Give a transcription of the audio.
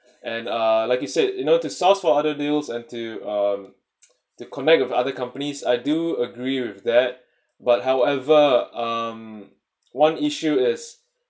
and uh like you said you know to source for other deals and to um to connect with other companies I do agree with that but however um one issue is